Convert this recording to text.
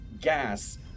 gas